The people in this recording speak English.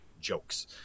jokes